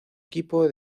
equipo